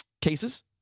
cases